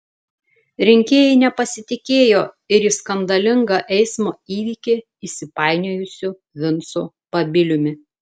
rinkėjai nepasitikėjo ir į skandalingą eismo įvykį įsipainiojusiu vincu babiliumi